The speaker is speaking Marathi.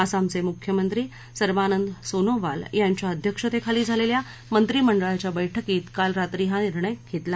आसामचे मुख्यमंत्री सर्बानंद सोनोवाल यांच्या अध्यक्षतेखाली झालेल्या मंत्रिमंडळाच्या बैठकीत काल रात्री हा निर्णय घेतला